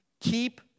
Keep